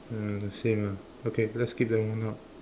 uh the same ah okay let's skip that one now